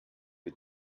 für